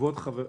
חבר הכנסת,